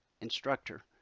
instructor